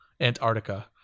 Antarctica